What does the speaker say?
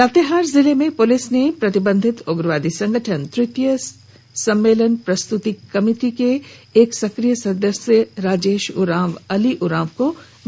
लातेहार जिले में पुलिस ने कल प्रतिबंधित उग्रवादी संगठन तृतीय सम्मेलन प्रस्तृति कमेटी के एक सक्रिय सदस्य राजेश उरांव अली उरांव को गिरफ्तार किया है